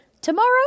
tomorrow